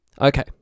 okay